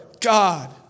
God